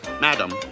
Madam